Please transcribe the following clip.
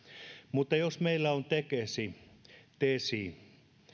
mutta meillä on tekes tesi tesi